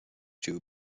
two